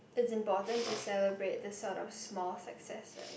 is important to celebrate this sort of small successes